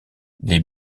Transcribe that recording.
les